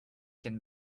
can